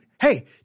hey